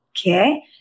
okay